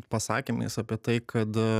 pasakymais apie tai kad